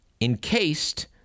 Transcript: encased